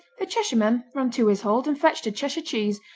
the cheshireman ran to his hold and fetched a cheshire cheese,